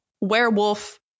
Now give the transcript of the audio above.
werewolf